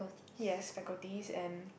yes faculties and